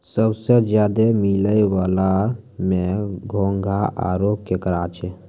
सबसें ज्यादे मिलै वला में घोंघा आरो केकड़ा छै